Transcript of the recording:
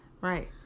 Right